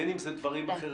בין אם זה דברים אחרים,